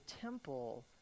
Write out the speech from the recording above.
temple